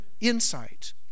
insight